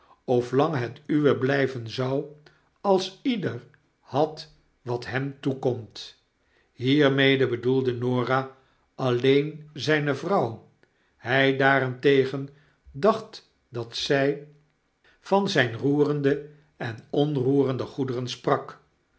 of lang het uwe blijven zou als ieder had wat hem toekomt hiermede bedoelde norah alleen zijne vrouw hij daarentegen dacht dat zij van zijne roerende en onroerende goederen sprak